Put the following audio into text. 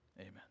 amen